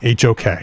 HOK